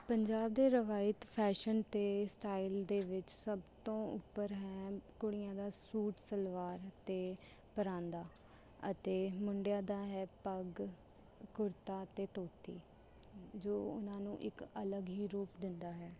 ਪੰਜਾਬ ਦੇ ਰਵਾਇਤ ਫੈਸ਼ਨ ਅਤੇ ਸਟਾਈਲ ਦੇ ਵਿੱਚ ਸਭ ਤੋਂ ਉੱਪਰ ਹੈ ਕੁੜੀਆਂ ਦਾ ਸੂਟ ਸਲਵਾਰ ਅਤੇ ਪਰਾਂਦਾ ਅਤੇ ਮੁੰਡਿਆਂ ਦਾ ਹੈ ਪੱਗ ਕੁੜਤਾ ਅਤੇ ਧੋਤੀ ਜੋ ਉਹਨਾਂ ਨੂੰ ਇੱਕ ਅਲੱਗ ਹੀ ਰੂਪ ਦਿੰਦਾ ਹੈ